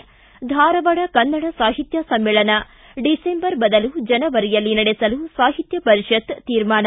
ಿ ಧಾರವಾಡ ಕನ್ನಡ ಸಾಹಿತ್ಯ ಸಮ್ಮೇಳನ ಡಿಸೆಂಬರ್ ಬದಲು ಜನೆವರಿಯಲ್ಲಿ ನಡೆಸಲು ಸಾಹಿತ್ಯ ಪರಿಷತ್ ತೀರ್ಮಾನ